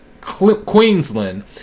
Queensland